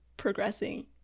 progressing